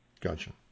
gotcha